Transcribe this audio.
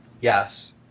Yes